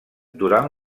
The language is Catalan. durant